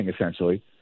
essentially –